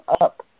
up